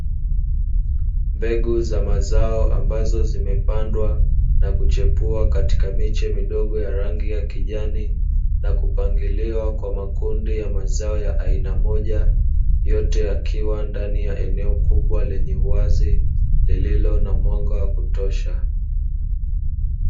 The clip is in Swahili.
Mbegu za mazao ambazo zimepandwa na kuchepua katika miche midogo ya rangi ya kijani, na kupangiliwa kwa makundi ya mazao ya aina moja, yote yakiwa ndani ya eneo kubwa lenye uwazi lililo na mwanga wa kutosha.